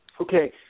Okay